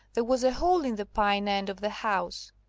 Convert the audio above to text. there was a hole in the pine-end of the house,